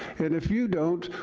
and if you don't,